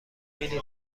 بلیط